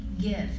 gift